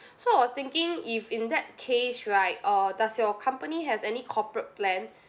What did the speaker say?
so I was thinking if in that case right uh does your company have any corporate plan